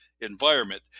environment